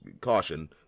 caution